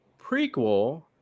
prequel